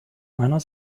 meiner